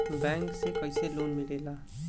Bank से कइसे loan मिलेला?